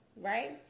right